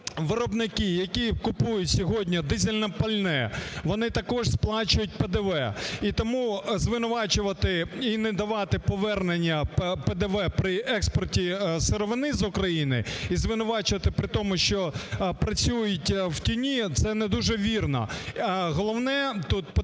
виробники, які купують сьогодні дизельне пальне, вони також сплачують ПДВ, і тому звинувачувати і не давати повернення ПДВ при експорті сировини з України і звинувачувати при тому, що працюють в тіні, це не дуже вірно. Головне, тут потрібно